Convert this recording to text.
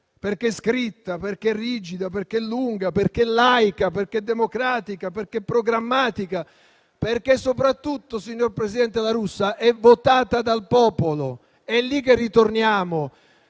perché è scritta, perché è rigida, perché è lunga, perché laica, perché democratica, perché programmatica e perché soprattutto - signor presidente La Russa - è votata dal popolo. È lì che ritorniamo: